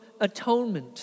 atonement